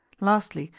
lastly,